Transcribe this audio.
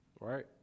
Right